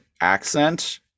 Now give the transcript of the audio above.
accent